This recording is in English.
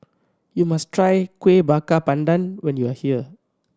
you must try Kuih Bakar Pandan when you are here